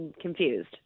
confused